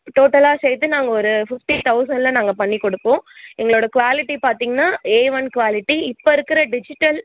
டோட்டலாக சேர்த்து நாங்கள் ஒரு ஃபிஃப்ட்டி தௌசண்ட்டில் நாங்கள் பண்ணி கொடுப்போம் எங்களோடய குவாலிட்டி பார்த்தீங்கன்னா ஏ ஒன் குவாலிட்டி இப்போ இருக்கிற டிஜிட்டல்